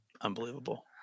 unbelievable